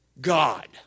God